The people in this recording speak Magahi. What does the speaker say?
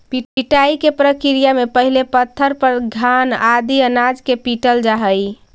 पिटाई के प्रक्रिया में पहिले पत्थर पर घान आदि अनाज के पीटल जा हइ